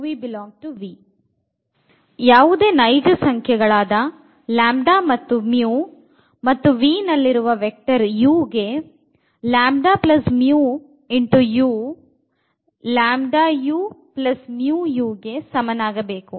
ಯಾವುದೇ ನೈಜ ಸಂಖ್ಯೆ λ ಮತ್ತು V ನಲ್ಲಿರುವ ವೆಕ್ಟರ್ u ಗೆ ಗೆ ಸಮನಾಗಬೇಕು